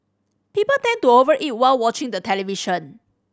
people tend to over eat while watching the television